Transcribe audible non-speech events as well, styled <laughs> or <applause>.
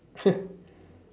<laughs>